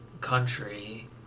country